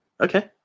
Okay